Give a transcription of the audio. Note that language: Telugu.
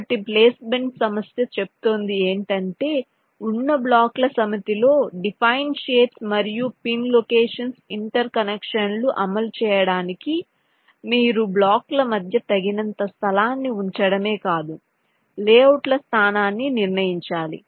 కాబట్టి ప్లేస్మెంట్ సమస్య చెప్తోంది ఏంటంటే వున్న బ్లాక్ల సమితి లో డిఫైన్డ్ షేప్స్ మరియు పిన్ లొకేషన్స్ ఇంటర్ కనెక్షన్లను అమలు చేయడానికి మీరు బ్లాకుల మధ్య తగినంత స్థలాన్ని ఉంచడమే కాదు లేఅవుట్ల స్థానాన్ని నిర్ణయించాలి